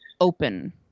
open